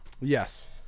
Yes